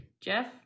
Jeff